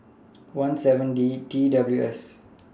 I seven D T W S